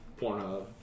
Pornhub